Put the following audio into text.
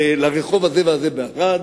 לרחוב הזה והזה בערד,